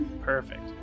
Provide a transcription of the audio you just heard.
Perfect